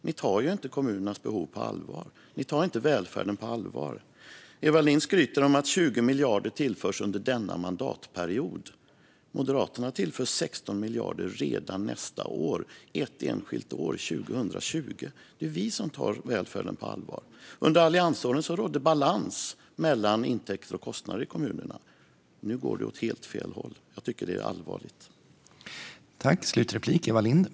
Ni tar inte kommunernas behov på allvar, och ni tar inte välfärden på allvar. Eva Lindh skryter om att 20 miljarder tillförs under denna mandatperiod. Moderaterna tillför 16 miljarder redan nästa år, ett enskilt år - 2020. Det är vi som tar välfärden på allvar. Under alliansåren rådde balans mellan intäkter och kostnader i kommunerna. Nu går det åt helt fel håll. Jag tycker att det är allvarligt.